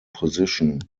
position